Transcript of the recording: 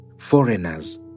foreigners